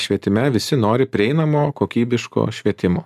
švietime visi nori prieinamo kokybiško švietimo